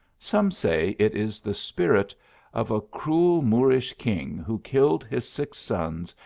some say it is the spirit of a cruel moorish king, who killed his six sons,